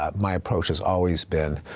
um my approach has always been,